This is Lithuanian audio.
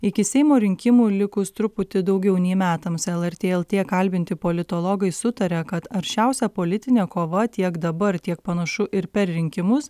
iki seimo rinkimų likus truputį daugiau nei metams lrt lt kalbinti politologai sutaria kad aršiausia politinė kova tiek dabar tiek panašu ir per rinkimus